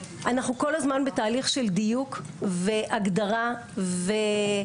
אנחנו כל הזמן בתהליך של דיוק והגדרה וממש,